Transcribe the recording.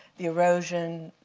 the erosion,